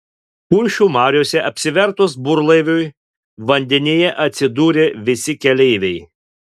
kuršių mariose apsivertus burlaiviui vandenyje atsidūrė visi keleiviai